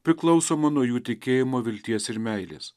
priklausoma nuo jų tikėjimo vilties ir meilės